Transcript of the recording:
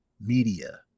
media